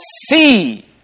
see